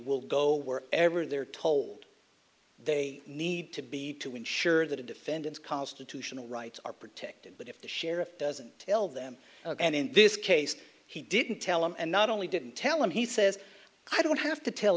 will go were ever they're told they need to be to ensure that a defendant's constitutional rights are protected but if the sheriff doesn't tell them and in this case he didn't tell them and not only didn't tell him he says i don't have to tell